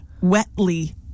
wetly